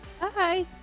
Bye